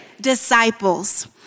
disciples